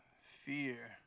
Fear